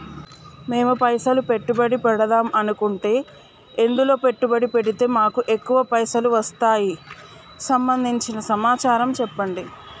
మేము పైసలు పెట్టుబడి పెడదాం అనుకుంటే ఎందులో పెట్టుబడి పెడితే మాకు ఎక్కువ పైసలు వస్తాయి సంబంధించిన సమాచారం చెప్పండి?